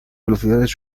velocidades